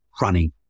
running